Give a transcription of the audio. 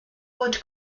wood